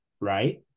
Right